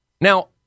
Now